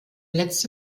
letzte